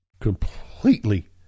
completely